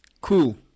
cool